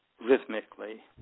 rhythmically